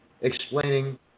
explaining